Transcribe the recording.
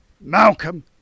Malcolm